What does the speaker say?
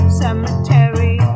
cemetery